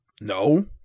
no